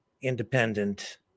independent